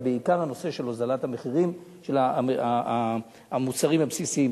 אבל בעיקר הנושא של הוזלת המחירים של המוצרים הבסיסיים.